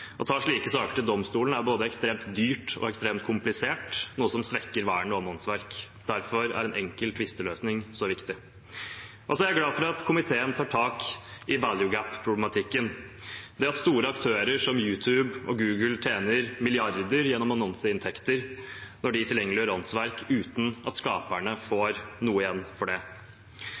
Å ta slike saker til domstolen er både ekstremt dyrt og ekstremt komplisert, noe som svekker vernet om åndsverk. Derfor er en enkel tvisteløsning så viktig. Så er jeg glad for at komiteen tar tak i «value gap»-problematikken, det at store aktører som YouTube og Google tjener milliarder gjennom annonseinntekter når de tilgjengeliggjør åndsverk, uten at skaperne får noe igjen for det.